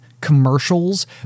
commercials